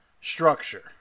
structure